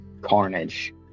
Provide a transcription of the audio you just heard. carnage